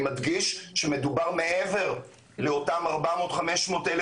אני מדגיש שמדובר מעבר לאותם 400,000 או 500,000